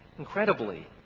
incredibly,